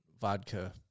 vodka